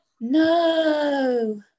no